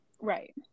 right